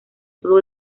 todo